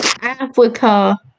Africa